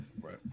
Right